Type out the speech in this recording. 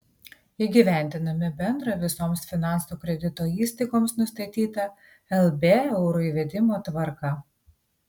įgyvendiname bendrą visoms finansų kredito įstaigoms nustatytą lb euro įvedimo tvarką